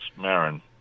Marin